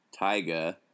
Tyga